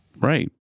Right